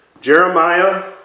Jeremiah